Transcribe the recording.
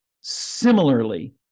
Similarly